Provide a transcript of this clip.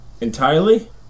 entirely